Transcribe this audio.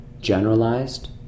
generalized